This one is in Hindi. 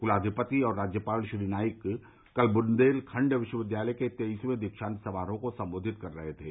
कलाधिपति और राज्यपाल श्री नाईक कल बन्देलखंड विश्वविद्यालय के तेईसवें दीक्षान्त समारोह को संबोधित कर रहे थे